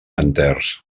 enters